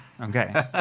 Okay